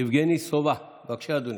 יבגני סובה, בבקשה, אדוני.